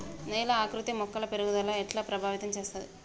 నేల ఆకృతి మొక్కల పెరుగుదలను ఎట్లా ప్రభావితం చేస్తది?